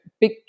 big